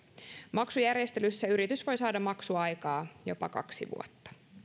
maksujärjestelyssä yritys voi saada maksuaikaa jopa kaksi vuotta